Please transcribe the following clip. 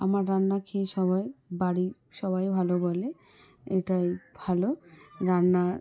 আমার রান্না খেয়ে সবাই বাড়ির সবাই ভালো বলে এটাই ভালো রান্না